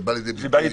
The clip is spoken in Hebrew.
זה בא לידי ביטוי?